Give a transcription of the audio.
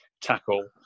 tackle